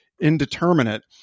indeterminate